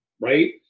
right